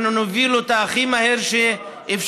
אנחנו נוביל אותה הכי מהר שאפשר,